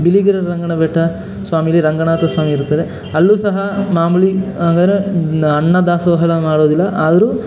ಬಿಳಿಗಿರಿ ರಂಗನಬೆಟ್ಟ ಸ್ವಾಮಿಲಿ ರಂಗನಾಥ ಸ್ವಾಮಿ ಇರುತ್ತಾರೆ ಅಲ್ಲೂ ಸಹ ಮಾಮೂಲಿ ಹಂಗದ್ರೆ ಅನ್ನ ದಾಸೋಹ ಎಲ್ಲ ಮಾಡೋದಿಲ್ಲ ಆದರೂ